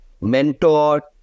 mentor